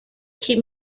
keep